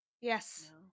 Yes